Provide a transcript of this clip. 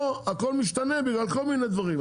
פה הכל משתנה בגלל כל מיני דברים.